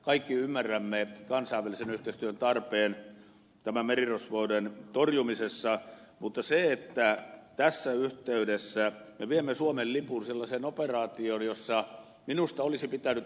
kaikki ymmärrämme kansainvälisen yhteistyön tarpeen tämän merirosvouden torjumisessa mutta tässä yhteydessä me viemme suomen lipun sellaiseen operaatioon jossa minusta olisi pitänyt ed